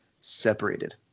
separated